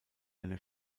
eine